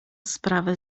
sprawę